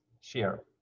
share